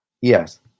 Yes